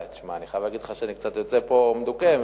אני חייב לומר לך שאני יוצא מכאן קצת מדוכא,